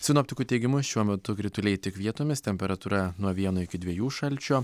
sinoptikų teigimu šiuo metu krituliai tik vietomis temperatūra nuo vieno iki dviejų šalčio